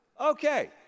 Okay